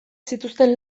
zituzten